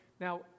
Now